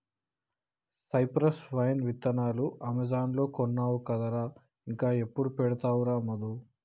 cypress vine విత్తనాలు Amazon లో కొన్నావు కదరా ఇంకా ఎప్పుడు పెడతావురా మధు